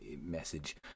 message